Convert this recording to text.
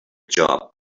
job